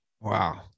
Wow